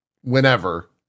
whenever